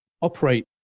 operate